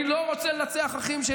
אני לא רוצה לנצח אחים שלי.